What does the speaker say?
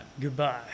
Goodbye